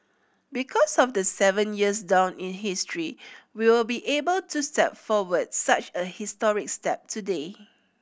because of the seven years down in history we will be able to step forward such a historic step today